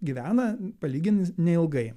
gyvena palygint neilgai